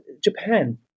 Japan